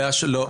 לא.